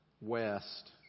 west